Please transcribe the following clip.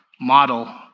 model